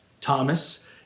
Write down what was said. Thomas